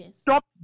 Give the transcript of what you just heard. Stop